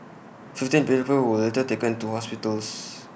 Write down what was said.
fifteen people were later taken to hospitals